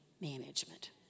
management